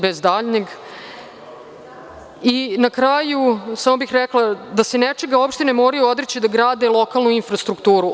Na kraju, samo bih rekla da se nečega opštine moraju odreći da grade lokalnu infrastrukturu.